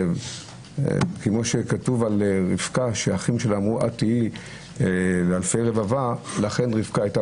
כמו שכתוב על רבקה שאחיה אמרו: את תהיי לאלפי רבבה והיא היתה